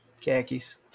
Khakis